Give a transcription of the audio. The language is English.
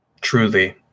truly